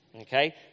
Okay